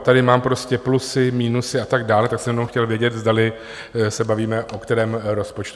Tady mám prostě plusy, minusy a tak dále, tak jsem jenom chtěl vědět, zdali se bavíme o kterém rozpočtu.